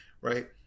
Right